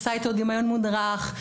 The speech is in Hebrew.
עושה איתו דמיון מודרך.